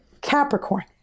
Capricorn